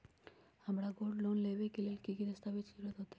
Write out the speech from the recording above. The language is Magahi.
हमरा गोल्ड लोन लेबे के लेल कि कि दस्ताबेज के जरूरत होयेत?